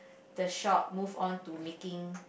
the shop move on to making